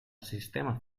sistema